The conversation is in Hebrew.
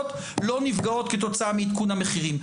לא נפגעות כתוצאה מעדכון המחירים.